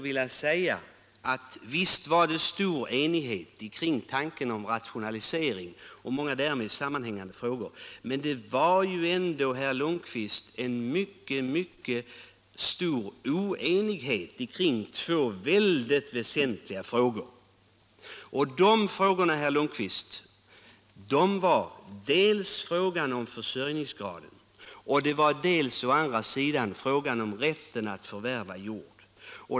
Visst var det stor enighet omkring tanken på rationalisering och många därmed sammanhängande frågor, men det var ju ändå, herr Lundkvist, en mycket stark oenighet i två synnerligen väsentliga frågor, nämligen dels försörjningsgraden, dels rätten att förvärva jord.